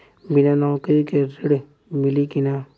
बिना नौकरी के ऋण मिली कि ना?